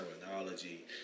terminology